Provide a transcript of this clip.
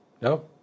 No